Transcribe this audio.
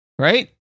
right